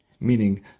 Meaning